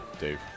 Dave